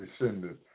descendants